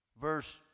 verse